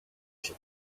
się